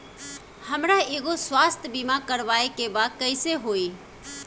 हमरा एगो स्वास्थ्य बीमा करवाए के बा कइसे होई?